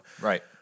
Right